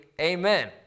Amen